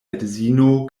edzino